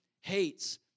hates